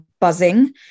buzzing